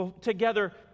together